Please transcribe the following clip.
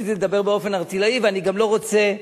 רציתי לדבר באופן ערטילאי, ואני גם לא רוצה,